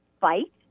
fight